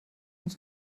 uns